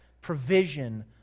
provision